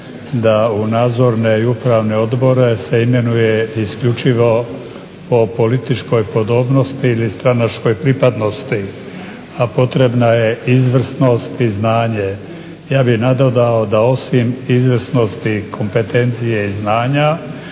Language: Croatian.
da u nadzorne i upravne odbore se imenuje isključivo po političkoj podobnosti ili stranačkoj pripadnosti, a potrebna je izvrsnost i znanje. Ja bih nadodao da osim izvrsnosti, kompetencije i znanja